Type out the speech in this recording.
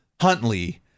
Huntley